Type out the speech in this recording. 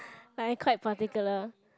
like I quite particular